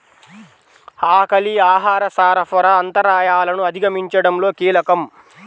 ఆకలి ఆహార సరఫరా అంతరాయాలను అధిగమించడంలో కీలకం